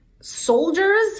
soldiers